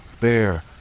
bear